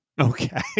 Okay